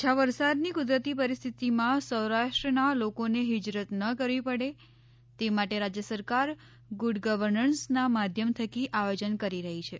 ઓછા વરસાદની કુદરતી પરિસ્થિતિમાં સૌરાષ્ટ્રના લોકોને હિજરત ન કરવી પડે તે માટે રાજ્ય સરકાર ગુડ ગવર્નન્સના માધ્યમ થકી આયોજન કરી રહી છે